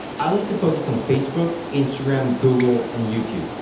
i like to focus on facebook, instagram, google and youtube.